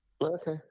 Okay